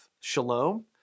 shalom